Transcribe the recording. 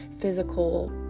physical